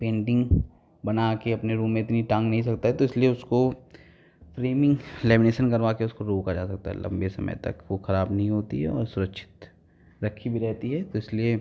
painting बना के अपने रूम में इतनी टांग नहीं सकता है तो इसलिए उसको फ़्रेमिंग लैमीनेसन करवा के उसको रोका जा सकता है लंबे समय तक वो खराब नहीं होती है और सुरक्षित रखी भी रहती है तो इसलिए